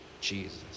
Jesus